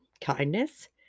Kindness